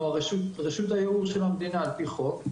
רשות הייעור של המדינה על-פי חוק.